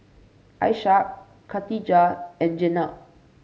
Ishak Katijah and Jenab